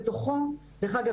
דרך אגב,